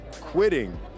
quitting